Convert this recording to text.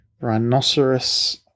rhinoceros